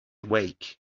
awake